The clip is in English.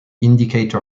indicator